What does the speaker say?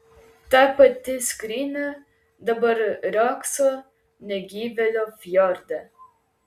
ta pati skrynia dabar riogso negyvėlio fjorde